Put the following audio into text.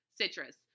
Citrus